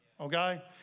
Okay